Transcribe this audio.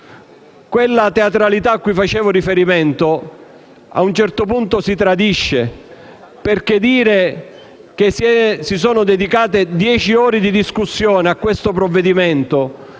Quella teatralità cui facevo riferimento a un certo punto si tradisce. Dire infatti che si sono dedicate dieci ore di discussione a questo provvedimento,